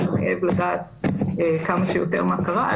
מחייב לדעת כמה שיותר מה קרה,